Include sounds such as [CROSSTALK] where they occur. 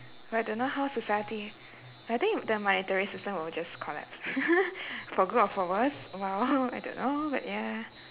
but don't know how society I think the monetary system would just collapse [LAUGHS] for good or for worse !wow! I don't know but ya